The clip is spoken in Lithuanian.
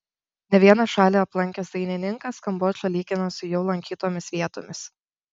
ne vieną šalį aplankęs dainininkas kambodžą lygina su jau lankytomis vietomis